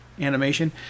animation